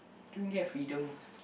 don't really have freedom